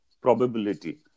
probability